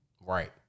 Right